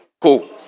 Cool